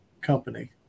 company